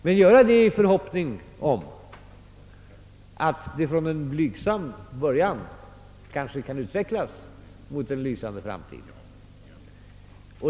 Men jag vill göra det i förhoppning om att det från en blygsam början kanske kan utvecklas mot en lysande framtid.